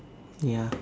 ya